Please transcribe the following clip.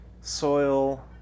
soil